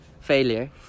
failure